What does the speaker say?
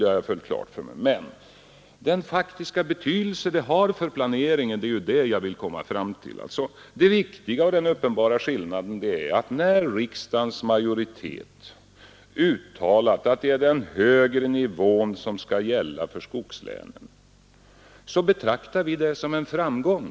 Men det jag vill komma fram till är den faktiska betydelse som beslutet har för planeringen. Den viktiga och uppenbara skillnaden är att vi — när riksdagsmajoriteten uttalat att det är den högre nivån som skall gälla för skogslänen — betraktar det som en framgång.